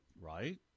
Right